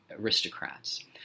aristocrats